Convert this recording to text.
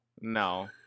No